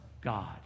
God